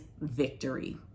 victory